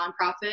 nonprofit